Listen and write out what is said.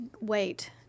wait